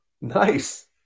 Nice